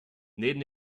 neben